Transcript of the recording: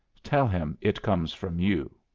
tell him it comes from you.